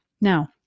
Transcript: Now